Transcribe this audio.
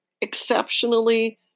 exceptionally